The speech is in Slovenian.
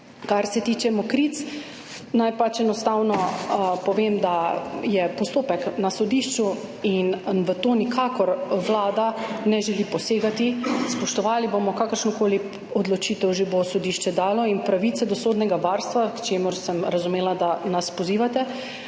Kar se tiče Mokric, naj enostavno povem, da je postopek na sodišču in v to Vlada nikakor ne želi posegati, spoštovali bomo kakršnokoli odločitev bo že dalo sodišče in pravica do sodnega varstva, k čemur sem razumela, da nas pozivate,